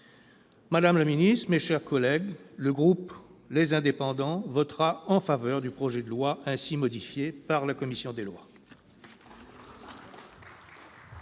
Madame la ministre, mes chers collègues, les membres du groupe Les Indépendants voteront en faveur du projet de loi ainsi modifié par la commission des lois.